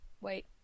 wait